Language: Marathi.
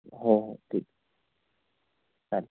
हो हो ठीक चालेल